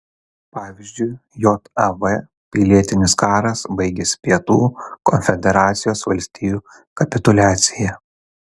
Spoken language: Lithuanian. pavyzdžiui jav pilietinis karas baigėsi pietų konfederacijos valstijų kapituliacija